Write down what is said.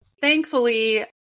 thankfully